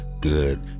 good